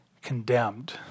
condemned